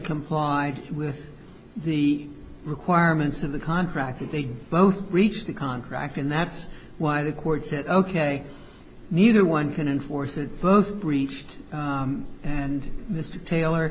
complied with the requirements of the contract that they both breached the contract and that's why the court said ok neither one can enforce it both breached and mr taylor